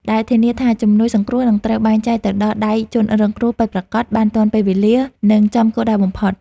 ដែលធានាថាជំនួយសង្គ្រោះនឹងត្រូវបែងចែកទៅដល់ដៃជនរងគ្រោះពិតប្រាកដបានទាន់ពេលវេលា និងចំគោលដៅបំផុត។